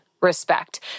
respect